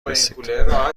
رسید